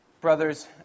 Brothers